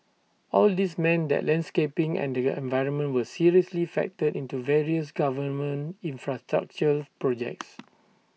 all these meant that landscaping and the environment were seriously factored into various government infrastructural projects